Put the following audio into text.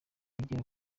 igera